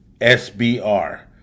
SBR